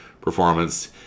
performance